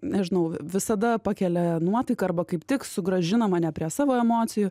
nežinau visada pakelia nuotaiką arba kaip tik sugrąžina mane prie savo emocijų